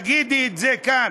תגידי את זה כאן,